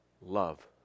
Love